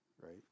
right